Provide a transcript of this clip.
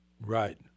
Right